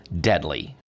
deadly